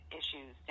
issues